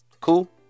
Cool